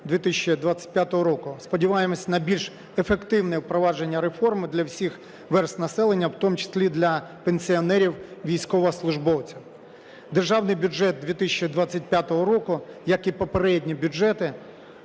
Державний бюджет 2025 року, як і попередні бюджети,